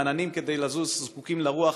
כדי לזוז העננים זקוקים לרוח,